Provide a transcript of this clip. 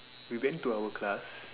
we went to our class